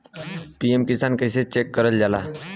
PM Kisan कइसे check करल जाला?